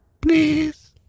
Please